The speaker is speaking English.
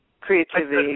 creativity